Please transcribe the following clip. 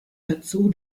dazu